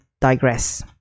digress